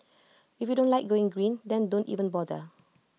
if you don't like going green then don't even bother